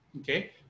okay